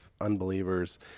unbelievers